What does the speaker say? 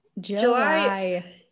July